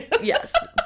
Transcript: Yes